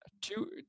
Two